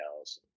else